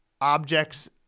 objects